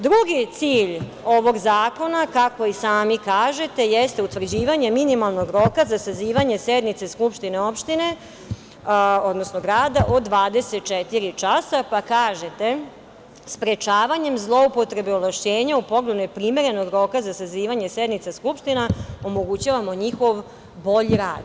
Drugi cilj ovog zakona, kako i sami kažete, jeste utvrđivanje minimalnog roka za sazivanje sednice skupštine opštine, odnosno grada od 24 časa, pa kažete – sprečavanjem zloupotrebe ovlašćenja u pogledu neprimernog roka za sazivanje sednice skupština omogućavamo njihov bolji rad.